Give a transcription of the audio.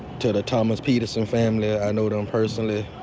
to the thomas peterson family. i know them personally.